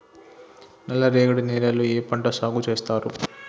నల్లరేగడి నేలల్లో ఏ పంట సాగు చేస్తారు?